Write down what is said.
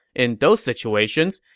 in those situations,